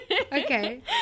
okay